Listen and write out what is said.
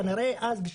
כנראה שאז,